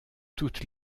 toutes